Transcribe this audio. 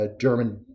German